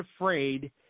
afraid